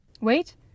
wait